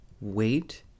wait